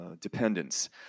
dependence